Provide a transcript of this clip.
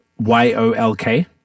Y-O-L-K